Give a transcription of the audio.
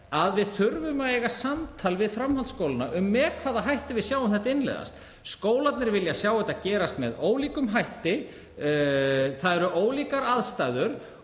að við þurfum að eiga samtal við framhaldsskólana um með hvaða hætti við sjáum þetta innleiðast. Skólarnir vilja sjá þetta gerast með ólíkum hætti, það eru ólíkar aðstæður